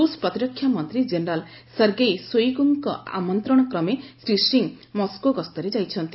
ରୁଷ୍ ପ୍ରତିରକ୍ଷାମନ୍ତ୍ରୀ general Sergei ଶୋଇଗୁଙ୍କ ଆମନ୍ତ୍ରଣକ୍ରମେ ଶ୍ରୀ ସିଂ ମସ୍କୋ ଗସ୍ତରେ ଯାଇଛନ୍ତି